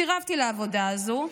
סירבתי לעבודה הזו.